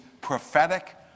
prophetic